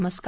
नमस्कार